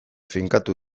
finkatu